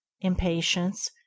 Impatience